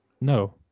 No